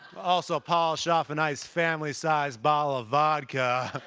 also polished off a nice family-sized bottle of vodka.